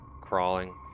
crawling